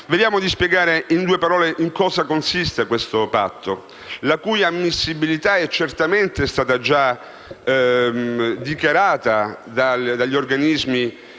Vediamo di spiegare in poche parole in cosa consiste questo patto, la cui ammissibilità è certamente stata già dichiarata dagli organismi